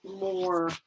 more